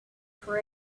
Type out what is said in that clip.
for